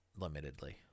limitedly